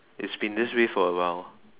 it's been this way for a while